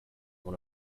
one